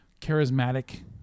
charismatic